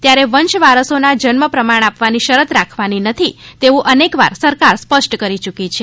ત્યારે વંશ વારસોના જન્મ પ્રમાણ આપવાની શરત રાખવાની નથી તેવું અનેકવાર સરકાર સ્પષ્ટ કરી ચૂકી છે